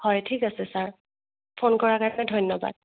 হয় ঠিক আছে ছাৰ ফোন কৰাৰ কাৰণে ধন্য়বাদ